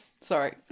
Sorry